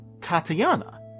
Tatiana